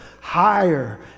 Higher